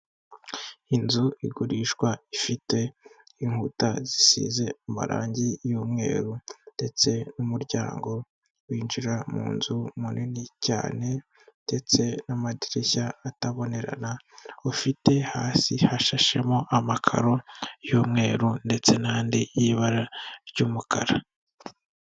Inzu igurishwa ifite inkuta zisize amarangi y'umweru ndetse n'umuryango winjira mu nzu munini cyane ndetse n'amadirishya atabonerana ufite hasi hashashemo amakaro y'umweru ndetse n'andi y'ibara ry'umukara.